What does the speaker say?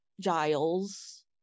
Giles